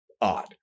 odd